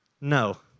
no